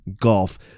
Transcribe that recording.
golf